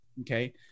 Okay